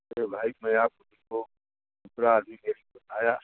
तो यह भाई मैं आपको पूरा आगे के लिए बताया